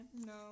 No